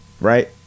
right